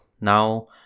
now